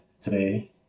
today